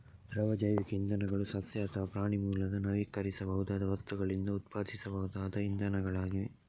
ದ್ರವ ಜೈವಿಕ ಇಂಧನಗಳು ಸಸ್ಯ ಅಥವಾ ಪ್ರಾಣಿ ಮೂಲದ ನವೀಕರಿಸಬಹುದಾದ ವಸ್ತುಗಳಿಂದ ಉತ್ಪಾದಿಸಬಹುದಾದ ಇಂಧನಗಳಾಗಿವೆ